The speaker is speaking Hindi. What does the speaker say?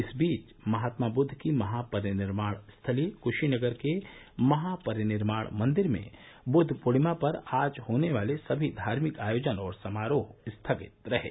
इस बीच महात्मा बुद्द की महापरिनिर्वाण स्थली क्शीनगर के महापरिनिर्वाण मन्दिर में बुद्द पूर्णिमा पर आज होने वाले सभी धार्मिक आयोजन और समारोह स्थगित रहें